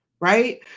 right